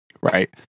Right